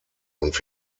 und